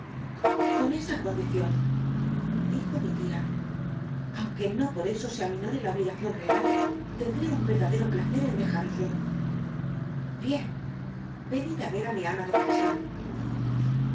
con esa condicion dijo mi tia aunque no por eso se aminore la obligacion real tendré un verdadero placer en dcjúroslo bien venid ci mi ama de casa